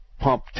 pump